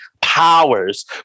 powers